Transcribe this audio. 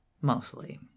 Mostly